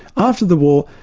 after the war,